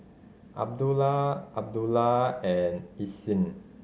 Abdullah Abdullah and Isnin